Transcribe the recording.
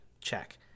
check